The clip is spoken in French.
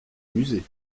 musées